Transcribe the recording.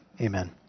Amen